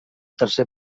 tercer